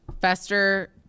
Fester –